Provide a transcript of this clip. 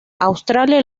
australia